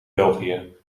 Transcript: belgië